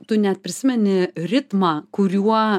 tu neprisimeni ritmą kuriuo